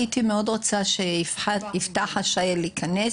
הייתי מאוד רוצה שיפתח עשהאל יכנס,